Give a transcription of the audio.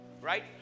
Right